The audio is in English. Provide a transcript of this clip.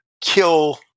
kill